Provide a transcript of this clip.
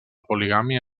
poligàmia